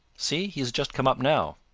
see, he has just come up now.